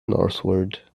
northward